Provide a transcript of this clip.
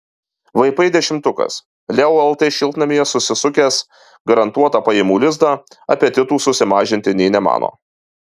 vp dešimtukas leo lt šiltnamyje susisukęs garantuotą pajamų lizdą apetitų susimažinti nė nemano